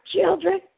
children